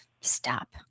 stop